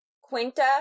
Quinta